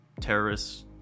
terrorists